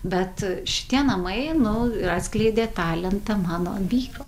bet šitie namai nu ir atskleidė talentą mano vyro